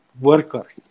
worker